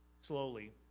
slowly